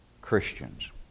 Christians